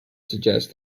suggest